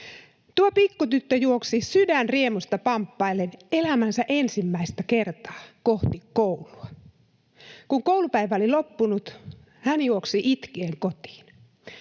Tuo pikkutyttö juoksi sydän riemusta pamppaillen elämänsä ensimmäistä kertaa kohti koulua. Kun koulupäivä oli loppunut, hän juoksi itkien kotiin.